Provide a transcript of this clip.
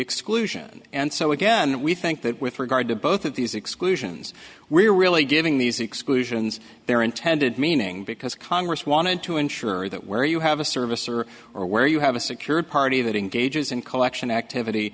exclusion and so again we think that with regard to both of these exclusions we're really giving these exclusions their intended meaning because congress wanted to ensure that where you have a service or or where you have a secured party that engages in collection activity